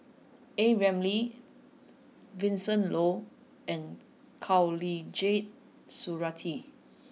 a Ramli Vincent Leow and Khatijah Surattee